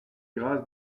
grâce